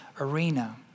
arena